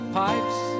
pipes